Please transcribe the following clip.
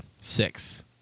six